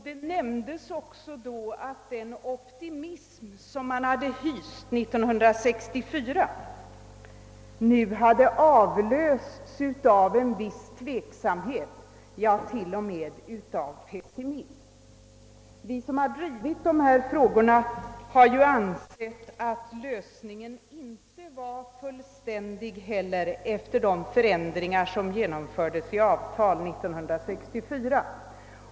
Det nämndes då också att den optimism som man hade hyst 1964 avlösts av en viss tveksamhet — ja, t.o.m. av pessimism. Vi som drivit dessa frågor har ju ansett att lösningen inte var fullständig heller efter de förändringar som genomfördes i avtal 1964.